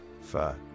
fur